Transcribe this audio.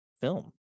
film